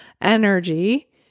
energy